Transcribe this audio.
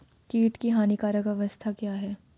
कीट की हानिकारक अवस्था क्या है?